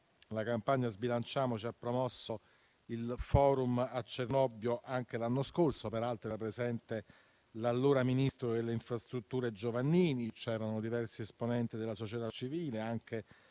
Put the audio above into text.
La campagna Sbilanciamoci ha promosso il *forum* a Cernobbio anche l'anno scorso; peraltro era presente l'allora ministro delle infrastrutture Giovannini e c'erano diversi esponenti della società civile e